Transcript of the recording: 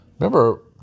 Remember